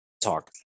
talk